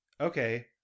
Okay